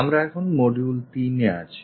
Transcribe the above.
আমরা এখন মডিউল তিনে আছি